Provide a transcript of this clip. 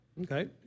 Okay